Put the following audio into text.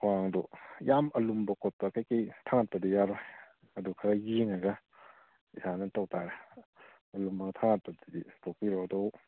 ꯈ꯭ꯋꯥꯡꯗꯣ ꯌꯥꯝ ꯑꯂꯨꯝꯕ ꯈꯣꯠꯄ ꯀꯩꯀꯩ ꯊꯥꯡꯒꯠꯄꯗꯤ ꯌꯥꯔꯣꯏ ꯑꯗꯨ ꯈꯔ ꯌꯦꯡꯉꯒ ꯏꯁꯥꯅ ꯇꯧ ꯇꯥꯔꯦ ꯑꯂꯨꯝꯕ ꯊꯥꯡꯒꯠꯄꯗꯨꯗꯤ ꯇꯣꯛꯄꯤꯔꯣ ꯑꯗꯣ